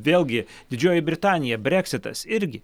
vėlgi didžioji britanija breksitas irgi